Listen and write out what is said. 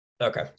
Okay